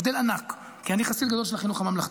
ההבדל ענק, כי אני חסיד גדול של החינוך הממלכתי.